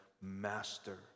master